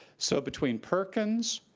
so, between perkins,